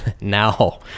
now